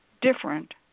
different